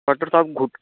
doctor साहब घुट